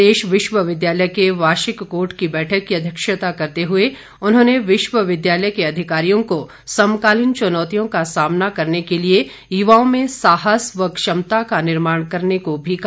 प्रदेश विश्वविद्यालय के वार्षिक कोर्ट की बैठक की अध्यक्षता करते हुए उन्होंने विश्विद्यालय के अधिकारियों को समकालीन चुनौतियों का सामना करने के लिए युवाओं में साहस व क्षमता का निर्माण करने को भी कहा